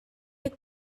you